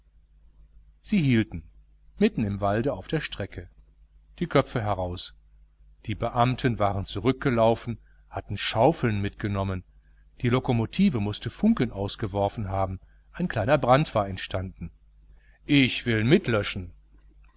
sie hielten mitten im walde auf der strecke die köpfe heraus die beamten waren zurückgelaufen hatten schaufeln mitgenommen die lokomotive mußte funken ausgeworfen haben ein kleiner brand war entstanden ich will mitlöschen